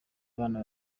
abana